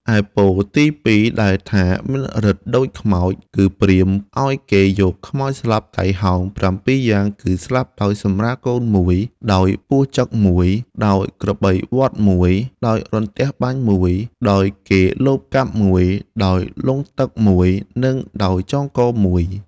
ឯពរ ទី ២ ដែលថា មានឫទ្ធិដូចខ្មោច គឺព្រាហ្មណ៍ឲ្យគេយកខ្មោចស្លាប់ តៃហោង ៧ យ៉ាង គឺ ស្លាប់ដោយសម្រាលកូន ១, ដោយពស់ចឹក ១, ដោយក្របីវ័ធ ១, ដោយរន្ទះបាញ់ ១, ដោយគេលបកាប់ ១, ដោយលង់ទឹក ១, និងដោយចងក ១។